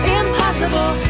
impossible